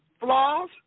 Flaws